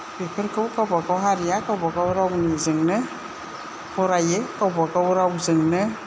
बेफोरखौ गावबा गाव हारिया गावबा गाव रावनिजोंनो फरायो गावबा गाव रावजोंनो